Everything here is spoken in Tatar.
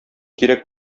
кирәк